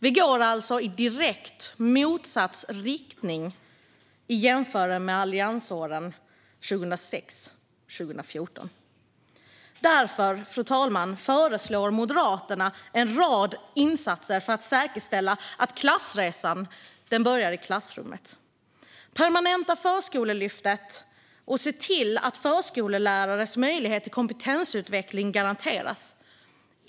Vi går alltså i direkt motsatt riktning i jämförelse med alliansåren 2006-2014. Därför, fru talman, föreslår Moderaterna en rad insatser för att säkerställa att klassresan börjar i klassrummet. Permanenta Förskolelyftet, och se till att förskollärares möjlighet till kompetensutveckling garanteras!